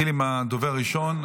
נתחיל עם הדובר הראשון,